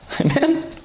Amen